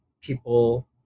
people